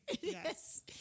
Yes